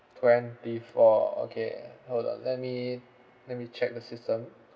twenty four okay hold on let me let me check the system